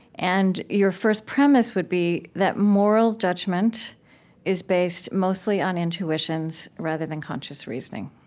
and your first premise would be that moral judgment is based mostly on intuitions, rather than conscious reasoning.